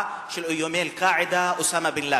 של איומי "אל-קאעידה" או אוסמה בן-לאדן.